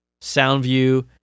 Soundview